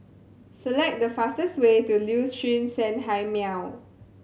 select the fastest way to Liuxun Sanhemiao